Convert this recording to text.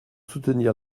soutenir